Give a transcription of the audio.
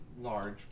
large